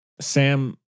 Sam